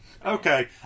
Okay